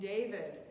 David